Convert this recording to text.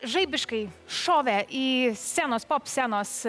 žaibiškai šovė į scenos pop scenos